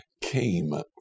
came